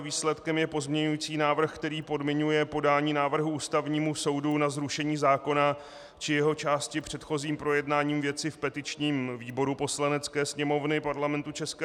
Výsledkem je pozměňující návrh, který podmiňuje podání návrhu Ústavnímu soudu na zrušení zákona či jeho části předchozím projednáním věci v petičním výboru Poslanecké sněmovny Parlamentu ČR.